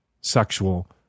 sexual